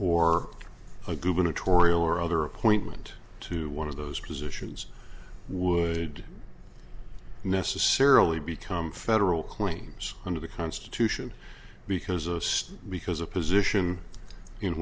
or a gubernatorial or other appointment to one of those positions would necessarily become federal claims under the constitution because a state because a position in